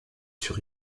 sur